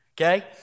okay